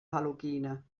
halogene